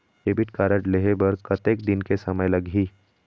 Debit card लेहे बर कतेक दिन के समय लगही?